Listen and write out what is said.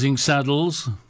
Saddles